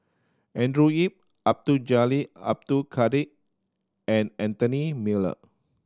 Andrew Yip Abdul Jalil Abdul Kadir and Anthony Miller